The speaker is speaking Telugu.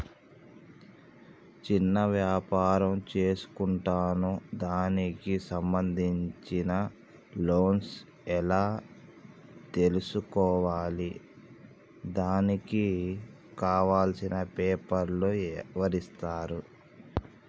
చిన్న వ్యాపారం చేసుకుంటాను దానికి సంబంధించిన లోన్స్ ఎలా తెలుసుకోవాలి దానికి కావాల్సిన పేపర్లు ఎవరిస్తారు?